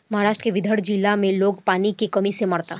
महाराष्ट्र के विदर्भ जिला में लोग पानी के कमी से मरता